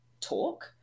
talk